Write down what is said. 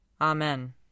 Amen